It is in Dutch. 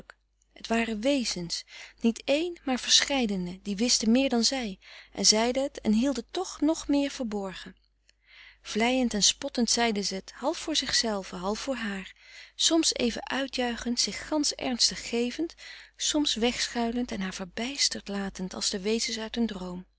het waren wezens niet één maar verscheidene die wisten meer dan zij en zeiden het en hielden toch nog meer verborgen vleiend en spottend zeiden ze het half voor zichzelve frederik van eeden van de koele meren des doods half voor haar soms even uitjuichend zich gansch ernstig gevend soms wegschuilend en haar verbijsterd latend als de wezens uit een droom